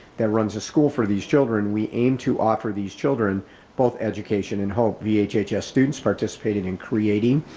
that runs a school for these children. we aim to offer these children both education and hope. vhhs students participated in creating,